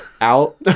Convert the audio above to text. out